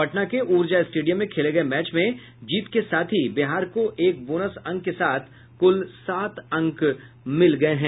पटना के ऊर्जा स्टेडियम में खेले गये मैच में जीत के साथ ही बिहार को एक बोनस अंक के साथ कुल सात अंक मिले हैं